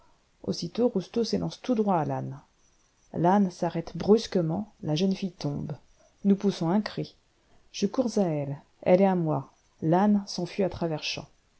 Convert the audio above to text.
aussitôt roustan s'élance droit à l'âne l'âne s'arrête brusquement la jeune fille tombe nous poussons un cri je cours à elle elle est à moi l'âne s'enfuit à travers champs